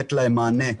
לתת להם מענה.